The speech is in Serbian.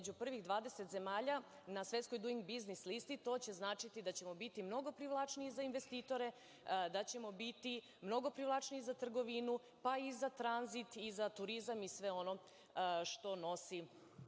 među prvih 20 zemalja na Svetskoj duing biznis listi to će značiti da ćemo biti mnogo privlačniji za investitore, da ćemo biti mnogo privlačniji za trgovinu, za tranzit, za turizam, i za sve ono što nosi